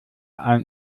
ein